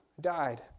died